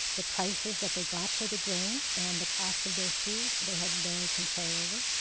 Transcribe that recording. the prices that they got for the grain and the cost of their seed, they had no control over.